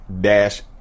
dash